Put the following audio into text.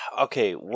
Okay